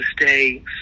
stay